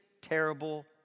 terrible